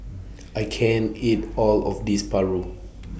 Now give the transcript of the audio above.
I can't eat All of This Paru